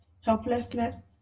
helplessness